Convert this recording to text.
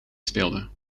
speelde